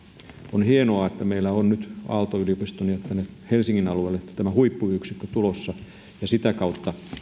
on hienoa että meillä on nyt aalto yliopistoon ja tänne helsingin alueelle tämä huippuyksikkö tulossa ja sitä kautta